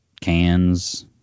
cans